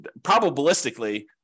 probabilistically